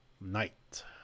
Night